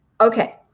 Okay